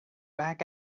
back